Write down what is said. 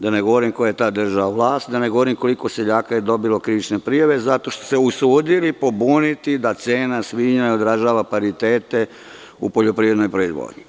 Da ne govorim ko je tada držao vlast, da ne govorim koliko seljaka je dobilo krivične prijave zato što su se usudili pobuniti da cena svinja nadražava paritete u poljoprivrednoj proizvodnji.